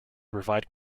provide